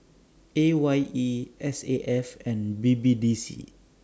A Y E S A F and B B D C